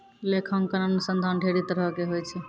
लेखांकन अनुसन्धान ढेरी तरहो के होय छै